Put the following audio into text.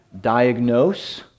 diagnose